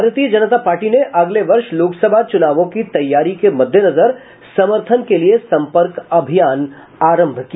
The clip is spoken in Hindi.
भारतीय जनता पार्टी ने अगले वर्ष लोकसभा चुनावों की तैयारी के मद्देनजर समर्थन के लिए सम्पर्क अभियान आरंभ किया है